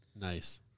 Nice